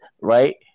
Right